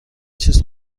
چیز